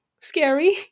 scary